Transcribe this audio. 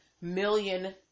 million